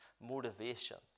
motivation